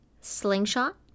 slingshot